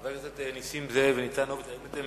חברי הכנסת נסים זאב וניצן הורוביץ, האם אתם